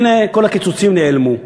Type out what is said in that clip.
הנה, כל הקיצוצים נעלמו.